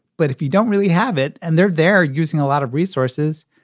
but if you don't really have it and they're they're using a lot of resources,